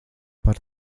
par